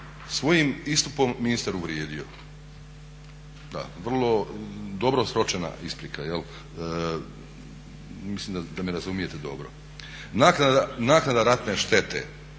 svojim istupom ministar uvrijedio. Vrlo dobro sročena isprika, mislim da me razumijete dobro. Naknada ratne štete.